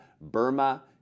Burma